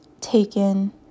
taken